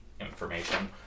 information